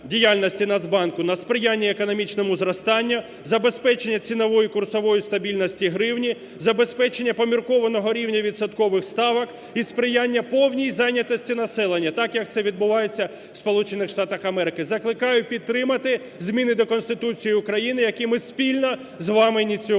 на сприяння економічному зростанню, забезпечення цінової і курсової стабільності гривні, забезпечення поміркованого рівня відсоткових ставок і сприяння повній зайнятості населення, так як це відбувається в Сполучених Штатах Америки. Закликаю підтримати зміни до Конституції України, які ми спільно з вами ініціювали